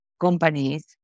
companies